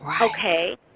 Okay